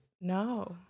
No